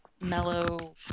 mellow